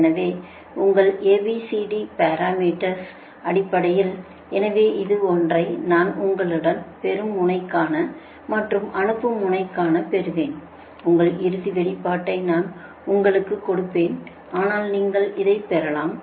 எனவே உங்கள் A B C D parameters அடிப்படையில் எனவே இது ஒன்றை நான் உங்களுடைய பெறும் முனைக்காக மற்றும் அனுப்பும் முனைக்காக பெறுவேன் உங்கள் இறுதி வெளிப்பாட்டை நான் உங்களுக்குக் கொடுப்பேன் ஆனால் நீங்கள் இதை பெறலாம்